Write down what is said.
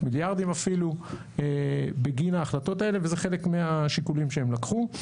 מיליארדים אפילו בגין ההחלטות האלה וזה חלק מהשיקולים שהם לקחו.